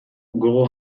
gogo